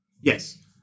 Yes